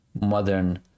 modern